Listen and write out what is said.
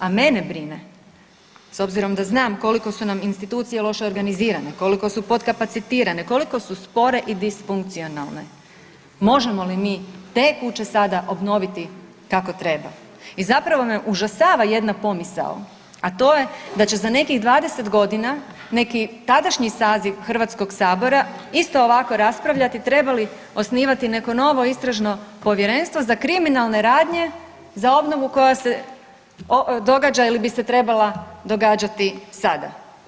A mene brine s obzirom da znam koliko su nam institucije loše organizirane, koliko su potkapacitirane, koliko su spore i disfunkcionalne možemo li mi te kuće sada obnoviti kako treba i zapravo me užasava jedna pomisao, a to je da će za nekih 20 godina neki tadašnji saziv Hrvatskoga sabora isto ovako raspravljati treba li osnivati neko novo istražno povjerenstvo za kriminalne radnje za obnovu koja se događa ili bi se trebala događati sada.